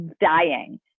dying